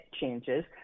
changes